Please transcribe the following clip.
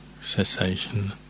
cessation